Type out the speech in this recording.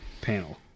panel